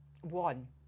one